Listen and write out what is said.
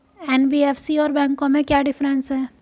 NBFC और बैंकों में क्या डिफरेंस है?